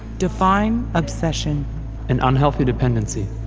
define obsession an unhealthy dependency